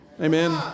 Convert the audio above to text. Amen